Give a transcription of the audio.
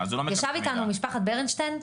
ישב איתנו משפחת ברנשטיין,